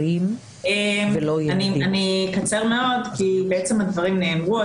אני אקצר מאוד, כי בעצם הדברים נאמרו.